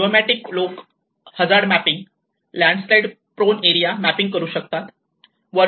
geomatic लोक hazard mapping landslide prone area mapping करू शकतात